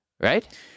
Right